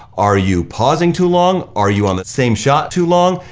are you pausing too long? are you on that same shot too long?